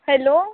hello